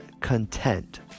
content